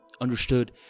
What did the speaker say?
understood